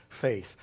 faith